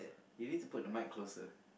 you need to put the mic closer